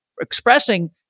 expressing